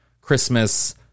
Christmas